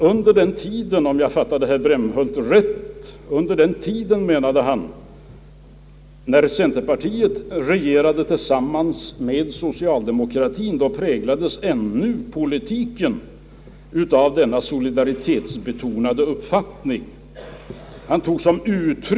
Under den tid när centerpartiet regerade tillsammans med socialdemo kratien präglades ännu politiken av solidaritet, menade han, om jag fattade honom rätt.